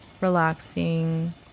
relaxing